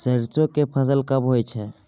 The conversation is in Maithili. सरसो के फसल कब होय छै?